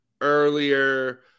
earlier